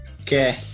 okay